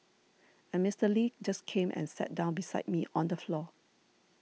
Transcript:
and Mister Lee just came and sat down beside me on the floor